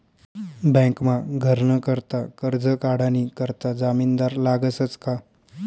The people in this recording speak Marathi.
बँकमा घरनं करता करजं काढानी करता जामिनदार लागसच का